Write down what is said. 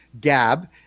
Gab